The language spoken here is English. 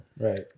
right